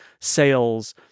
sales